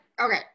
okay